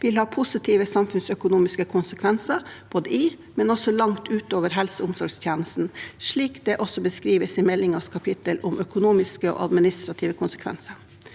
vil ha positive samfunnsøkonomiske konsekvenser, både i og langt utover helse- og omsorgstjenesten, slik det også beskrives i meldingens kapittel om økonomiske og administrative konsekvenser.